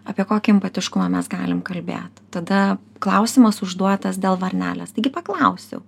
apie kokį empatiškumą mes galim kalbėt tada klausimas užduotas dėl varnelės taigi paklausiau